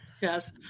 Yes